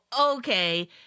Okay